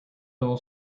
dull